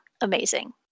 amazing